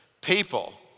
people